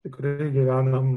tikrai gyvenam